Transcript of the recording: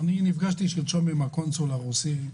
שלשום נפגשתי עם הקונסול הרוסי.